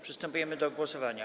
Przystępujemy do głosowania.